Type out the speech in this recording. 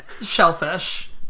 shellfish